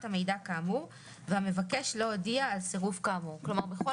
המידע כאמור והמבקש לא הודיע על סירוב כאמור," כלומר בכל